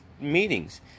meetings